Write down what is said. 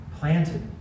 planted